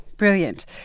Brilliant